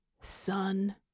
son